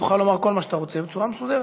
תוכל לומר כל מה שאתה רוצה בצורה מסודרת,